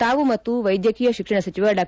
ತಾವು ಮತ್ತು ವೈದ್ಯಕೀಯ ಶಿಕ್ಷಣ ಸಚಿವ ಡಾ